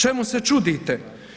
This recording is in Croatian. Čemu se čudite?